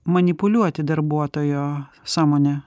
manipuliuoti darbuotojo sąmone